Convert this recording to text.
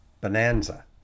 bonanza